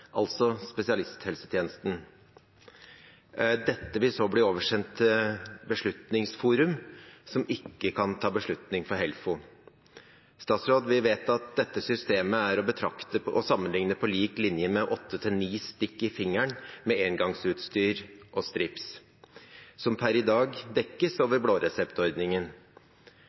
altså spesialisthelsetjenesten. Dette vil så bli oversendt til Beslutningsforum, som ikke kan ta beslutning for HELFO. Vi vet at dette systemet kan sammenliknes med 8–9 stikk i fingeren med engangsutstyr og strips, som per i dag dekkes over blåreseptordningen.